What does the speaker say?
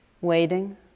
waiting